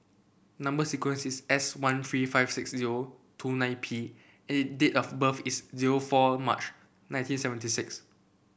number sequence is S one three five six zero two nine P and the date of birth is zero four March nineteen seventy six